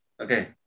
Okay